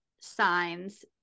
signs